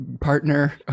partner